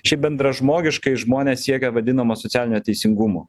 šiaip bendražmogiškai žmonės siekia vadinamo socialinio teisingumo